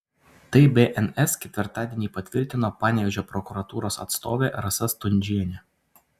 tai bns ketvirtadienį patvirtino panevėžio prokuratūros atstovė rasa stundžienė